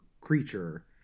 creature